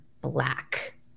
black